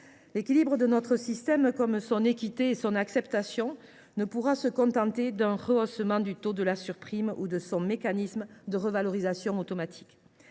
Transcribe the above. l’équilibre de notre système, son équité et son acceptation, on ne pourra se contenter de rehausser le taux de la surprime ou de renforcer le mécanisme de revalorisation automatique.